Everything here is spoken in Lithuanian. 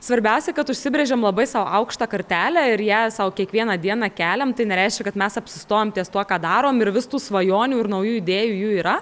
svarbiausia kad užsibrėžiam labai sau aukštą kartelę ir ją sau kiekvieną dieną keliam tai nereiškia kad mes apsistojam ties tuo ką darom ir vis tų svajonių ir naujų idėjų jų yra